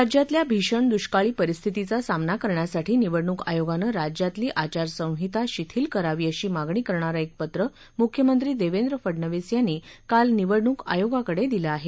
राज्यातल्या भीषण दुष्काळी परिस्थितीचा सामना करण्यासाठी निवडणूक आयोगानं राज्यातली आचारसंहिता शिथील करावी अशी मागणी करणार एक पत्र मुख्यमंत्री देवेंद्र फडनवीस यांनी काल निवडणूक आयोगाकडे दिलं आहे